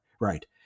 right